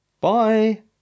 Bye